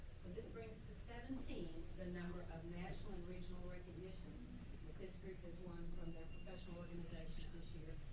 and this brings to seventeen, the number of national or regional recognitions this group has won from the professional organizations this year